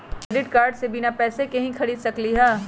Credit card से बिना पैसे के ही खरीद सकली ह?